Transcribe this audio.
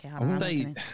okay